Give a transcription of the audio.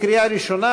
לקריאה ראשונה,